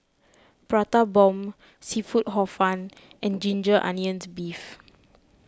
Prata Bomb Seafood Hor Fun and Ginger Onions Beef